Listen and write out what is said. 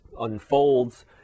unfolds